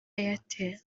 airtel